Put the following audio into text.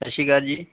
ਸਤਿ ਸ਼੍ਰੀ ਅਕਾਲ ਜੀ